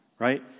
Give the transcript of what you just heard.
Right